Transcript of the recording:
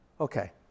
Okay